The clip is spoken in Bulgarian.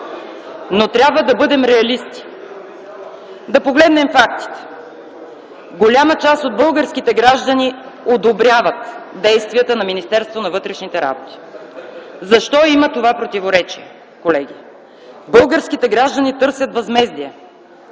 Но трябва да бъдем реалисти. Да погледнем фактите – голяма част от българските граждани одобряват действията на Министерството на вътрешните работи. Защо има това противоречие, колеги? Българските граждани търсят възмездие.